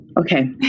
Okay